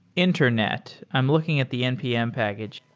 internet, i'm looking at the npm package.